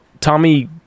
Tommy